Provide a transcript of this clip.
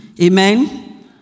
Amen